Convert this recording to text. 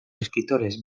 escritores